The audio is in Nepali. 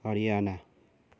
हरियाणा